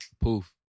poof